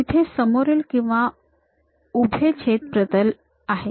इथे समोरील किंवा उभे छेद प्रतल आहे